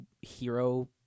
hero